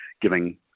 giving